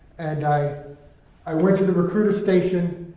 and i i went to the recruiter station,